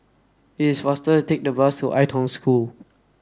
it is faster to take the bus to Ai Tong School